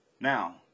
now